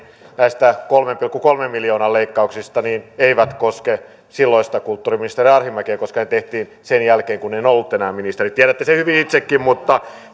näistä kolmen pilkku kolmen miljoonan leikkauksista ei koske silloista kulttuuriministeri arhinmäkeä koska ne tehtiin sen jälkeen kun en ollut enää ministeri tiedätte sen hyvin itsekin mutta